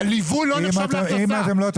הליווי לא נחשב להכנסה.